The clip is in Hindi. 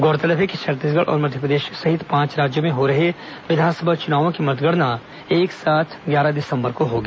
गौरतलब है कि छत्तीसगढ़ और मध्यप्रदेश सहित पांच राज्यों में हो रहे विधानसभा चुनावों की मतगणना ग्यारह दिसंबर को होगी